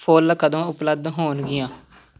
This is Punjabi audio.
ਫੁੱਲ ਕਦੋਂ ਉਪਲੱਬਧ ਹੋਣਗੀਆਂ